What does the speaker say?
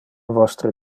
vostre